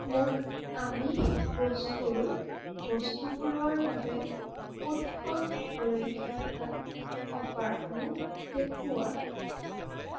মোক আমিষ বস্তুৰ বস্তুবোৰৰ বাবে উৎসৱ উপলক্ষে থকা অফাৰসমূহ দেখুওৱা